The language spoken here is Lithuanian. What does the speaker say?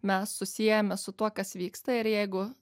mes susiejame su tuo kas vyksta ir jeigu